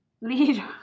leader